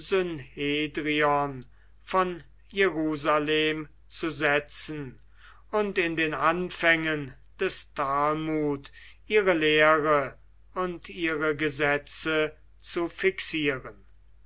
von jerusalem zu setzen und in den anfängen des talmud ihre lehre und ihre gesetze zu fixieren